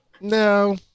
no